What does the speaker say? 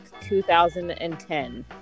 2010